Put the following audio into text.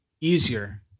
easier